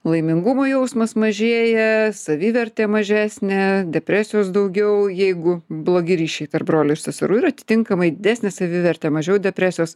laimingumo jausmas mažėja savivertė mažesnė depresijos daugiau jeigu blogi ryšiai tarp brolių ir seserų ir atitinkamai didesnė savivertė mažiau depresijos